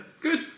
Good